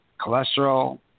cholesterol